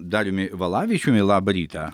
daliumi valavičiumi labą rytą